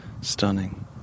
stunning